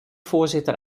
voorzitter